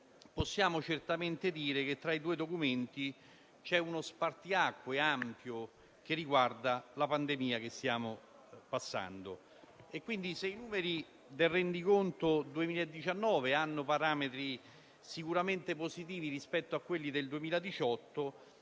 possiamo certamente dire che, tra i due documenti, c'è uno spartiacque ampio che riguarda la pandemia che stiamo vivendo. Quindi, se i numeri del rendiconto 2019 hanno parametri certamente positivi rispetto a quelli del 2018,